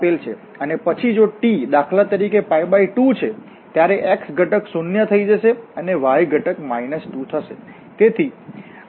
અને પછી જો t દાખલા તરીકે 2 છે ત્યારે x ઘટક શૂન્ય થઈ જશે અને y ઘટક 2 થશે